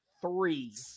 Three